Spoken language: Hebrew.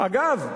אגב,